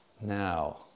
Now